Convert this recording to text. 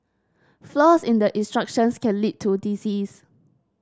flaws in the instructions can lead to disease